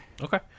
Okay